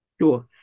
Sure